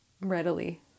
Readily